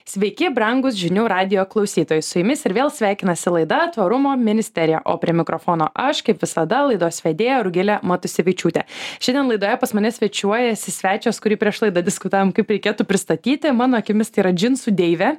sveiki brangūs žinių radijo klausytojai su jumis ir vėl sveikinasi laida tvarumo ministerija o prie mikrofono aš kaip visada laidos vedėja rugilė matusevičiūtė šiandien laidoje pas mane svečiuojasi svečias kurį prieš laidą diskutavom kaip reikėtų pristatyti mano akimis tai yra džinsų deivė